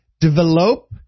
develop